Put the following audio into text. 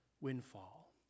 windfall